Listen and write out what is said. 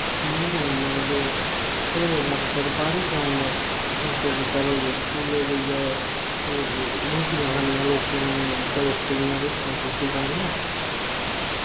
पीढ़ी औनियां ते उ'नै ते सिर फाड़ी टकाई ओड़ना अस ते चलो स्कूले जाइयै रु रुट्टियां खानियां लोकें दी दोस्तें दियां रुट्टियां खुस्सी खानियां